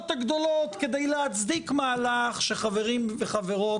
הגדולות כדי להצדיק מהלך שחברים וחברות,